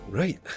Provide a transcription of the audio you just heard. Right